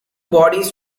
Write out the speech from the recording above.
bodies